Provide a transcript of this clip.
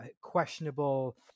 Questionable